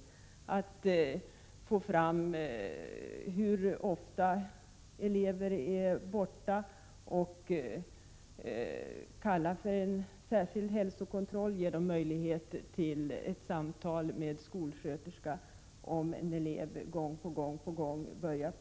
Man kunde notera hos skolhälsovården hur ofta elever är borta. Vidare kunde man kalla till en särskild hälsokontroll och ge tillfälle till samtal med en skolsköterska, om en elev gång på gång är